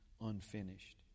unfinished